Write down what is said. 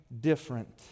different